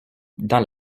dans